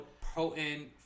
Potent